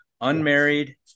unmarried